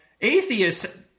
atheists